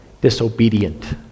disobedient